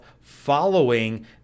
following